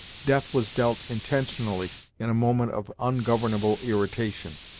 death was dealt intentionally in a moment of ungovernable irritation.